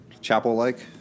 chapel-like